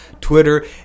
Twitter